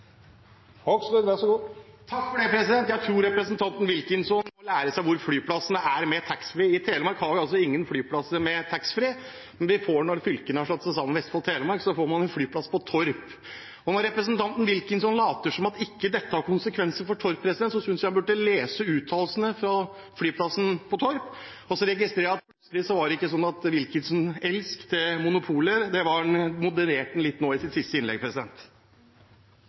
av eierskapet. Så håper jeg neste debatt blir litt mer formålstjenlig og med litt mindre mistro enn i denne debatten. Representanten Bård Hoksrud har hatt ordet to gonger tidlegare og får ordet til ein kort merknad, avgrensa til 1 minutt. Jeg tror representanten Wilkinson bør lære seg hvor flyplassene med taxfree er. I Telemark har vi ingen flyplasser med taxfree, men når fylkene Vestfold og Telemark har slått seg sammen, får vi en flyplass på Torp. Når representanten Wilkinson later som om dette ikke har konsekvenser for Torp, synes jeg han burde lese uttalelsene fra flyplassen på Torp. Så registrerer jeg at det var ikke sånn at Wilkinson elsket monopoler